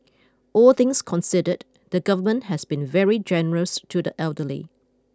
all things considered the government has been very generous to the elderly